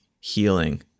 healing